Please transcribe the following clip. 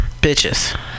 bitches